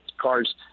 cars